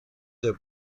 der